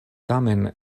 tamen